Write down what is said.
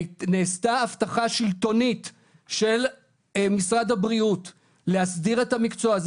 נעשתה הבטחה שלטונית של משרד הבריאות להסדיר את המקצוע הזה,